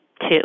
two